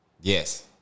Yes